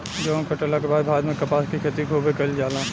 गेहुं काटला के बाद भारत में कपास के खेती खूबे कईल जाला